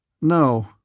No